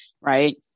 right